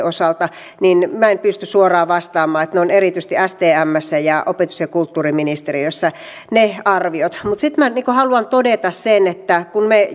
osalta niin minä en pysty suoraan vastaamaan ne arviot ovat erityisesti stmssä ja opetus ja kulttuuriministeriössä mutta sitten minä haluan todeta sen että kun me